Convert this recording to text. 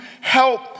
help